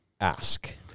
ask